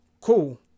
cool